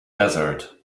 desert